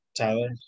Tyler